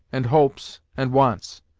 and hopes, and wants.